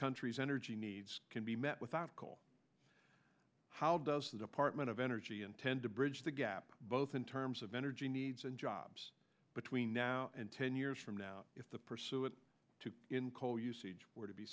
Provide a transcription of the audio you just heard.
country's energy needs can be met without coal how does the department of energy intend to bridge the gap both in terms of energy needs and jobs between now and ten years from now if the pursue it in coal usage were to be